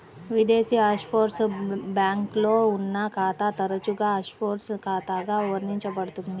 విదేశీ ఆఫ్షోర్ బ్యాంక్లో ఉన్న ఖాతా తరచుగా ఆఫ్షోర్ ఖాతాగా వర్ణించబడుతుంది